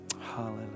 hallelujah